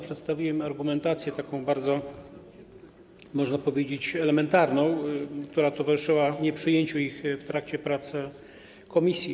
Przedstawiłem argumentację bardzo, można powiedzieć, elementarną, która towarzyszyła nieprzyjęciu ich w trakcie prac komisji.